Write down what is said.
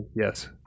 yes